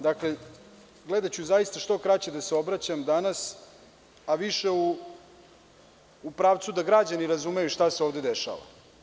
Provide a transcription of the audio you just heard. Dakle, gledaću zaista što kraće da se obraćam danas, a više u pravcu da građani razumeju šta se ovde dešava.